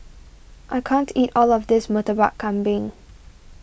I can't eat all of this Murtabak Kambing